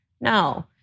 No